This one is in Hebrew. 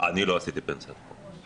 אני לא עשיתי פנסיית חובה.